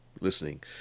listening